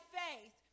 faith